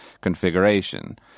configuration